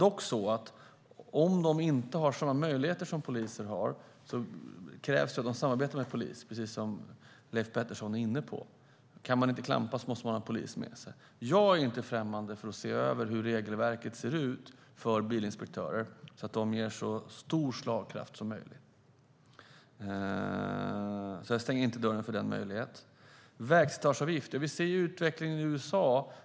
Om de inte har samma möjligheter som poliser har krävs dock att de samarbetar med polis, precis som Leif Pettersson framhöll. Kan man inte klampa måste man ha polis med sig. Jag är inte främmande för att se över hur regelverket för bilinspektörer ser ut, så att de ges så stor slagkraft som möjligt. Jag stänger alltså inte dörren för den möjligheten. När det gäller vägslitageavgift ser vi utvecklingen i USA.